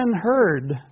heard